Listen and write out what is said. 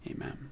Amen